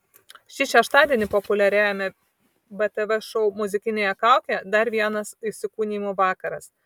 šį šeštadienį populiariajame btv šou muzikinėje kaukėje dar vienas įsikūnijimų vakaras